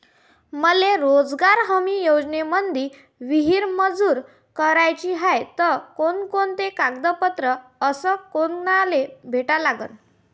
मले रोजगार हमी योजनेमंदी विहीर मंजूर कराची हाये त कोनकोनते कागदपत्र अस कोनाले भेटा लागन?